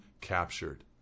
captured